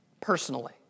personally